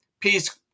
peace